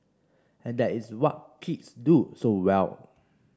and that is what kids do so well